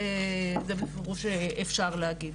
זה מה שאפשר להגיד.